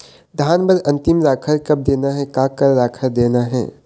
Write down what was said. धान बर अन्तिम राखर कब देना हे, का का राखर देना हे?